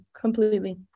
completely